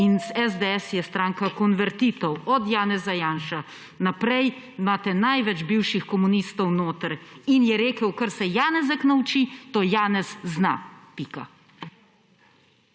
In SDS je stranka konvertitov, od Janeza Janše naprej imate največ bivših komunistov notri. In je rekel, da kar se Janezek nauči, to Janez zna. Pika.